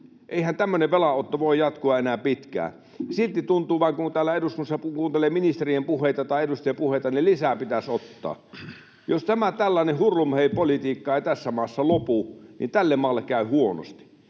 Eihän tämmöinen velanotto voi jatkua enää pitkään. Silti tuntuu vain, kun täällä eduskunnassa kuuntelee ministerien puheita tai edustajien puheita, että lisää pitäisi ottaa. Jos tämä tällainen hurlumheipolitiikka ei tässä maassa lopu, niin tälle maalle käy huonosti.